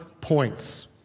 points